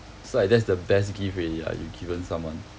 so like that's the best gift already lah you've given someone